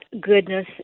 goodness